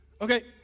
Okay